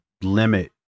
limit